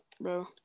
bro